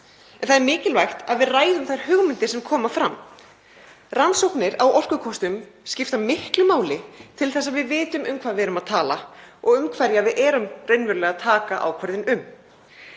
En það er mikilvægt að við ræðum þær hugmyndir sem koma fram. Rannsóknir á orkukostum skipta miklu máli til þess að við vitum um hvað við erum að tala og um hverja við erum raunverulega að taka ákvörðun.